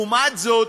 לעומת זאת,